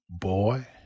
boy